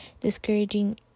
discouraging